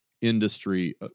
industry